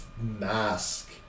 mask